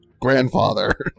grandfather